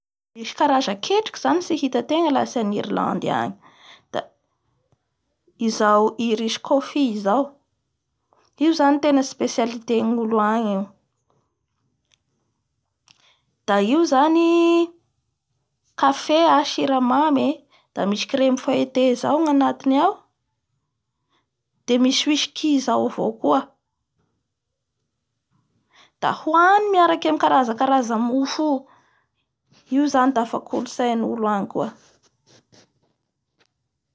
Misy karaza ketriky zany tsy hitantenga aha tsy a Irlandy agny da izao IRISCOFE zao, io znay ro tena specialité an'olo agny io n da io zany kafe, siramamany e, da misy crème feuilleté zay ny anatiny ao de misy wisky zao avao koa da hony miaraky amin'ny karazakaraza mofo io io zany dafa kolontsain'olo agny koa